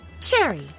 Cherry